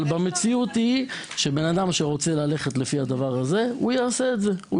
אבל המציאות היא שאדם שרוצה ללכת לפי הדבר הזה יעשה את זה,